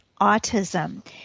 Autism